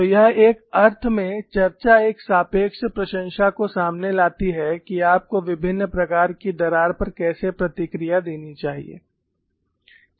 तो यह एक अर्थ में चर्चा एक सापेक्ष प्रशंसा को सामने लाती है कि आपको विभिन्न प्रकार की दरार पर कैसे प्रतिक्रिया देनी चाहिए